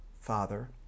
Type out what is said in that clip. Father